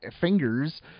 fingers